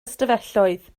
ystafelloedd